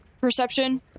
perception